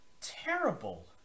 terrible